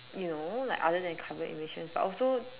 you know like other than carbon emissions but also